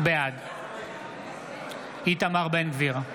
בעד איתמר בן גביר,